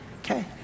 Okay